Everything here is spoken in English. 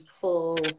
pull